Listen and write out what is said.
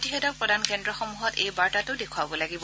প্ৰতিষেধক প্ৰদান কেন্দ্ৰসমূহত এই বাৰ্তাটো দেখুৱাব লাগিব